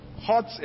hot